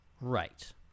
Right